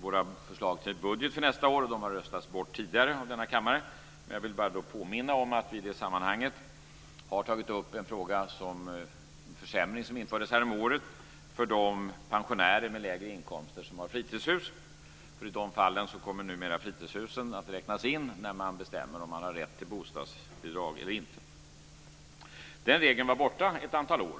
våra förslag till budget för nästa år. De har röstats bort tidigare av denna kammare. Jag vill bara påminna om att vi i det sammanhanget har tagit upp en försämring som infördes häromåret för de pensionärer med lägre inkomster som har fritidshus. I de fallen kommer numera fritidshusen att räknas in när man bestämmer om de har rätt till bostadsbidrag eller inte. Den regeln var borta ett antal år.